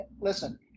listen